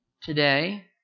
today